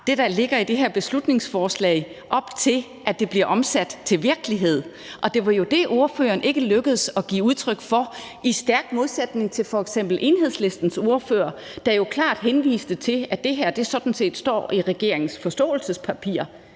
det, der ligger i det her beslutningsforslag, op, sådan at det bliver omsat til virkelighed. Og det var jo det, som ordføreren ikke lykkedes med at give udtryk for, i stærk modsætning til f.eks. Enhedslistens ordfører, der jo klart henviste til, at det her sådan set står i regeringens forståelsespapir.